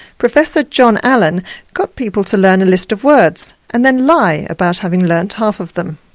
professor john allen got people to learn a list of words and then lie about having learned half of them.